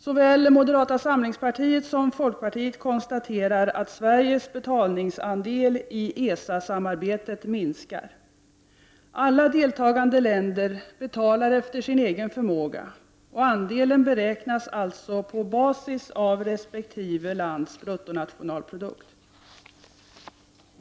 Såväl moderata samlingspartiet som folkpartiet konstaterar att Sveriges betalningsandel i ESA-samarbetet minskar. Alla deltagande länder betalar efter egen förmåga, och andelen beräknas alltså på basis av resp. lands bruttonationalprodukt.